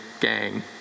gang